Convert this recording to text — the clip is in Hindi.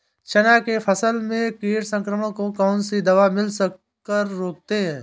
चना के फसल में कीट संक्रमण को कौन सी दवा मिला कर रोकते हैं?